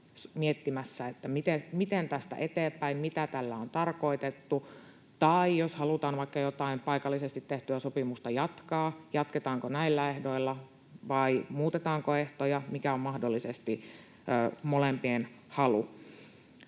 miettimässä, miten tästä mennään eteenpäin, mitä tällä on tarkoitettu, tai sitä, että jos halutaan vaikka jotain paikallisesti tehtyä sopimusta jatkaa, niin jatketaanko näillä ehdoilla vai muutetaanko ehtoja, mikä on mahdollisesti molempien halu.